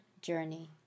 journey